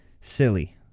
silly